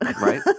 right